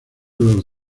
los